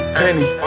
penny